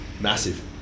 Massive